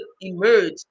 emerge